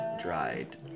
dried